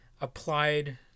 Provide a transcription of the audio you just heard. applied